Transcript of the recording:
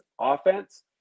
offense